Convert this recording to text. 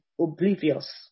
oblivious